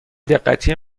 دقتی